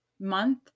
month